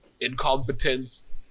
incompetence